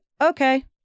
okay